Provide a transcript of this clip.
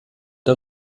der